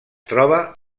troba